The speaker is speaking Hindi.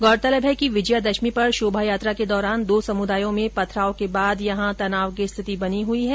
गौरतलब है कि विजयादशमी पर शोभायात्रा के दौरान दो समुदायों में पथराव के बाद यहां तनाव की स्थिति बनी हुई है